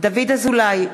דוד אזולאי,